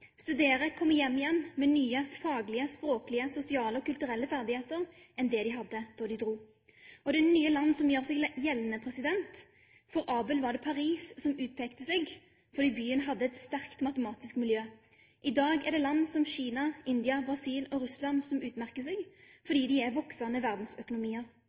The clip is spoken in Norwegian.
studerer og kommer hjem igjen med faglige, språklige, sosiale og kulturelle ferdigheter som de ikke hadde da de dro. For Abel var det Paris som utpekte seg, for byen hadde et sterkt matematisk miljø. I dag er det land som Kina, India, Brasil og Russland som gjør seg gjeldende og utmerker seg, fordi de er voksende verdensøkonomier.